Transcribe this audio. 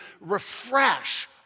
refresh